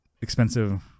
expensive